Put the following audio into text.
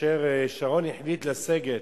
כאשר שרון החליט לסגת,